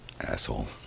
Asshole